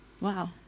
Wow